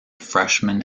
freshman